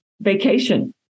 vacation